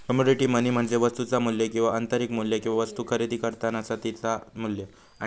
commodity money म्हणजे वस्तुचा मू्ल्य किंवा आंतरिक मू्ल्य किंवा वस्तु खरेदी करतानाचा तिचा मू्ल्य